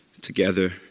together